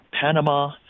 Panama